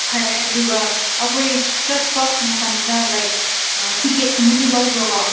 ꯐꯔꯦ ꯑꯗꯨꯒ ꯑꯩꯈꯣꯏ ꯆꯠꯄ ꯃꯇꯝꯗ ꯂꯥꯏꯛ ꯇꯤꯛꯀꯦꯠꯀꯨꯝꯕꯗꯤ ꯂꯧꯕ꯭ꯔꯥꯀꯣ